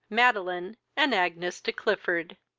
madeline, and agnes de clifford.